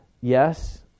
yes